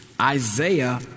Isaiah